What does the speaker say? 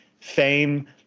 fame